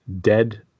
dead